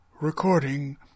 recording